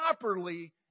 properly